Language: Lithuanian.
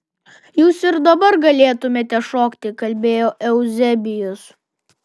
jūs ir dabar galėtumėte šokti kalbėjo euzebijus